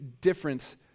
difference